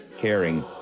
caring